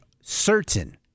certain